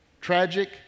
Tragic